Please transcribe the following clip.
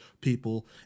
people